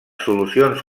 solucions